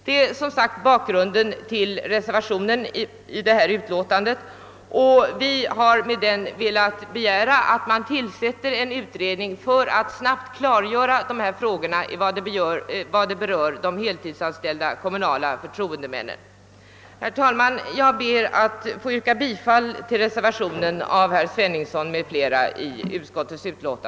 Detta är bakgrunden till reservationen, vari begärs att en utredning skall tillsättas för att snabbt klarlägga frågor som berör tillsättande av heltidsanställda kommunala förtroendemän liksom dessas kommunalrättsliga ställning. Herr talman! Jag ber alltså att få yrka bifall till reservationen av herr Sveningsson m.fl.